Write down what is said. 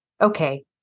okay